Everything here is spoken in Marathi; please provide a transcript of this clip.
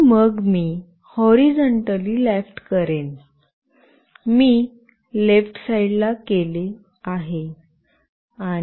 आणि मग मी हॉरीझॉनटली लेफ्ट करेन मी लेफ्ट साईडला केले आहे